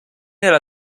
della